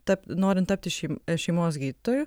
tap norint tapti šeim šeimos gydytoju